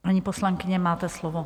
Paní poslankyně, máte slovo.